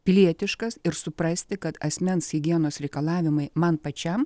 pilietiškas ir suprasti kad asmens higienos reikalavimai man pačiam